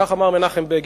כך אמר מנחם בגין,